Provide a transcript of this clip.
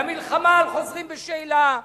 למלחמה על חוזרים בשאלה,